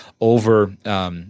over –